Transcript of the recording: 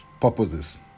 purposes